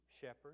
shepherd